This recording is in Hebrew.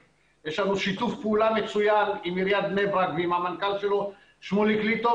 יש לנו שיתוף פעולה מצוין עם עיריית בני ברק ועם המנכ"ל שמוליב ליטוב,